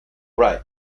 right